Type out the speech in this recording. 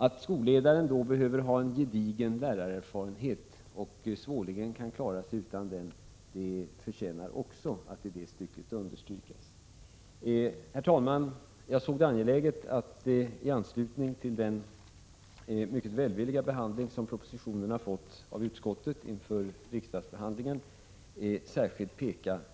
Att skolledaren då behöver ha en gedigen lärarerfarenhet och svårligen kan klara sig utan denna förtjänar också att i det sammanhanget understrykas. Herr talman! Jag ansåg det vara angeläget att i anslutning till den mycket välvilliga behandling som propositionen har fått i utskottet inför riksdagsbehandlingen särskilt